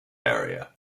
area